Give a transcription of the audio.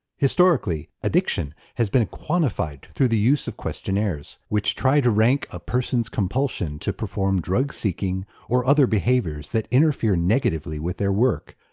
historically addiction has been quantified through the use of questionnaires which try to rank a person's compulsion to perform drug seeking or other behaviours that interfere negatively with their work,